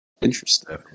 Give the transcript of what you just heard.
Interesting